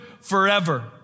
forever